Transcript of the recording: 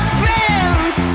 friends